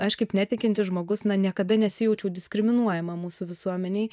aš kaip netikintis žmogus na niekada nesijaučiau diskriminuojama mūsų visuomenėj